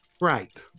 Right